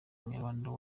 umunyamakuru